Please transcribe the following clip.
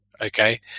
Okay